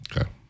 okay